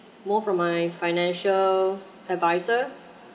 more for my financial adviser